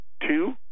Two